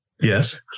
yes